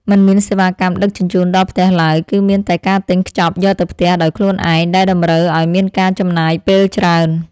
មិនមានសេវាកម្មដឹកជញ្ជូនដល់ផ្ទះឡើយ គឺមានតែការទិញខ្ចប់យកទៅផ្ទះដោយខ្លួនឯងដែលតម្រូវឱ្យមានការចំណាយពេលច្រើន។